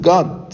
God